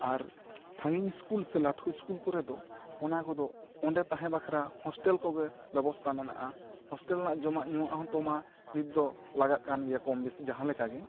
ᱟᱨ ᱥᱟᱺᱜᱤᱧ ᱤᱥᱠᱩᱞ ᱥᱮ ᱞᱟᱹᱴᱷᱩ ᱤᱥᱠᱩᱞ ᱠᱚ ᱨᱮᱫᱚ ᱚᱱᱟ ᱠᱚᱫᱚ ᱚᱸᱰᱮ ᱛᱟᱦᱮᱸ ᱵᱟᱠᱷᱨᱟ ᱦᱚᱥᱴᱮᱞ ᱠᱚᱜᱮ ᱵᱮᱵᱚᱥᱛᱷᱟ ᱢᱮᱱᱟᱜᱼᱟ ᱦᱚᱥᱴᱮᱞ ᱨᱮᱱᱟᱜ ᱡᱚᱢᱟᱜ ᱧᱩᱣᱟᱜ ᱦᱚᱸᱛᱚ ᱢᱟ ᱱᱤᱛ ᱫᱚ ᱞᱟᱜᱟᱣ ᱠᱟᱱ ᱜᱮᱭᱟ ᱠᱚᱢ ᱵᱮᱥᱤ ᱡᱟᱦᱟᱸ ᱞᱮᱠᱟ ᱜᱮ